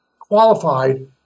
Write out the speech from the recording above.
qualified